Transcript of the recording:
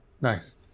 Nice